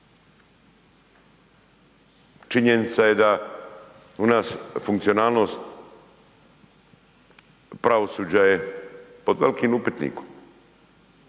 Činjenica je da kod nas funkcionalnost pravosuđa je pod velikim upitnikom.